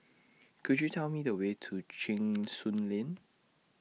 Could YOU Tell Me The Way to Cheng Soon Lane